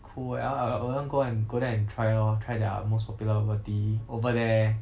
cool eh I~ err I want go and go there and try lor try their most popular bubble tea over there